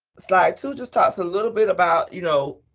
slide two just talks a little bit about, you know,